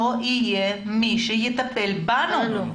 לא יהיה מי שיטפל בנו.